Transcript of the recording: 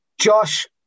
Josh